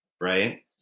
right